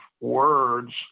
words